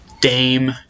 dame